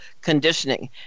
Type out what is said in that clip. conditioning